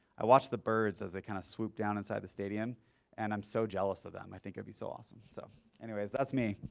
i watch the birds as they kind of swoop down inside the stadium and i'm so jealous of them. i think it'd be so awesome. so any ways, that's me.